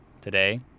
Today